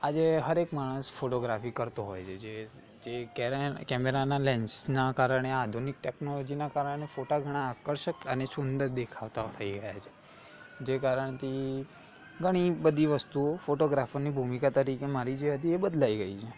આજે હરેક માણસ ફોટોગ્રાફી કરતો હોય છે જે જે કેમેરાના લેન્સના કારણે આધુનિક ટેક્નોલોજીના કારણે ફોટા ઘણા આકર્ષક અને સુંદર દેખાતા થઈ ગયા છે જે કારણથી ઘણી બધી વસ્તુઓ ફોટોગ્રાફરની ભૂમિકા તરીકે મારી જે હતી એ બદલાઈ ગઈ છે